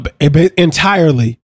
entirely